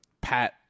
Pat